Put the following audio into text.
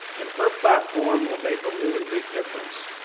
and her platform will make a really big difference.